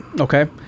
Okay